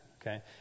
okay